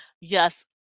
Yes